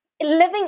living